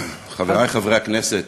חברי חברי הכנסת,